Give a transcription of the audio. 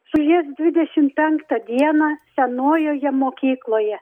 su jais dvidešim penktą dieną senojoje mokykloje